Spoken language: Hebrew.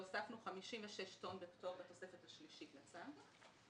הוספנו 56 טון בפטור בתוספת השלישית לצו.